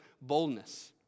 boldness